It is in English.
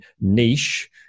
niche